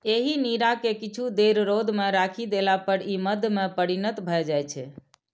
एहि नीरा कें किछु देर रौद मे राखि देला पर ई मद्य मे परिणत भए जाइ छै